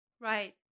Right